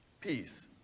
Peace